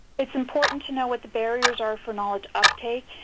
it's important to know what the barriers are for knowledge uptake.